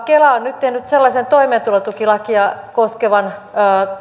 kela on nyt tehnyt sellaisen toimeentulotukilakia koskevan